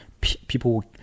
People